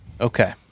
Okay